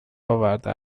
آورده